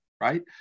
right